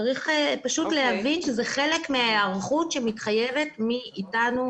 צריך להבין שזה חלק מההיערכות שמתחייבת מאתנו,